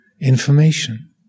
information